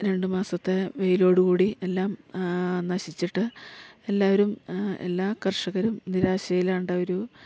രണ്ട് മാസത്തെ വെയിലോട് കൂടി എല്ലാം നശിച്ചിട്ട് എല്ലാവരും എല്ലാ കർഷകരും നിരാശയിലാണ്ട ഒരു